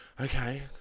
okay